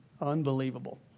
unbelievable